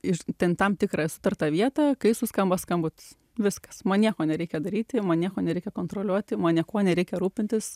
į ten tam tikrą sutartą vietą kai suskamba skambutis viskas man nieko nereikia daryti man nieko nereikia kontroliuoti man niekuo nereikia rūpintis